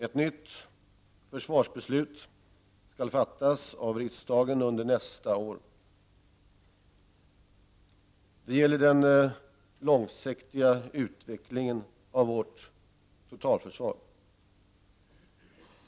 Ett nytt försvarsbeslut skall fattas av riksdagen under nästa år. Det gäller den långsiktiga utvecklingen av vårt totalförsvar.